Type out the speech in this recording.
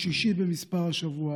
שישי במספר השבוע,